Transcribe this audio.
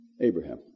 Abraham